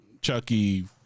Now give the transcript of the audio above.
Chucky